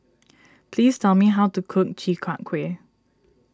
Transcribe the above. please tell me how to cook Chi Kak Kuih